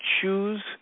choose